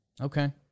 Okay